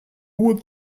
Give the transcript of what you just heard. what